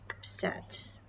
set